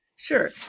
Sure